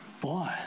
Boy